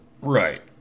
Right